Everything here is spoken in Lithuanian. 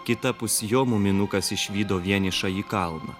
kitapus jo muminukas išvydo vienišąjį kalną